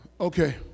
Okay